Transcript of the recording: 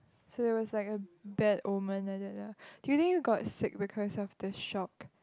so it was like a bad omen like that lah do you think you got sick because of the shock